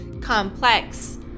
complex